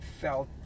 felt